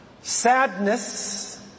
sadness